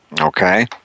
Okay